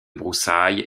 broussailles